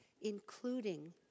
including